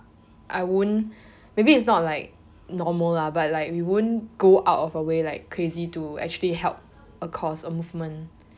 I won't maybe is not like normal lah but like we won't go out of our way like crazy to actually help a course a movement